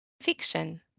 Fiction